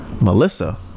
Melissa